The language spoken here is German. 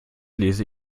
lese